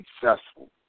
successful